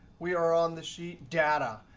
we are on the sheet data.